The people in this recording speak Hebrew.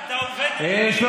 נורבגי, אל תפריע, ששש.